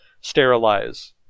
sterilize